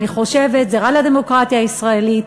אני חושבת זה רע לדמוקרטיה הישראלית,